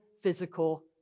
physical